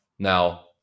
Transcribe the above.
Now